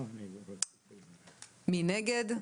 מי נגד?